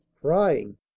crying